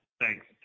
Thanks